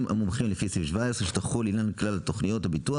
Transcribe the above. המומחים לפי סעיף 17 שתחול עניין כלל תוכניות הביטוח,